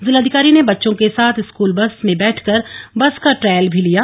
जिलाधिकारी ने बच्चों के साथ स्कूल बस में बैठकर बस का ट्रायल भी लिया